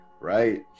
right